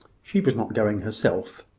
she was not going herself.